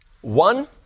One